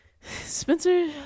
Spencer